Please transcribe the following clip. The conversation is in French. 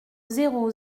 zéro